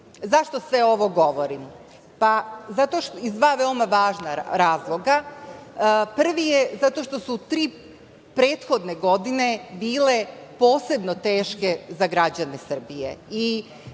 4%.Zašto sve ovo govorim? Iz dva veoma važna razloga. Prvi je zato što su tri prethodne godine bile posebno teške za građane Srbije.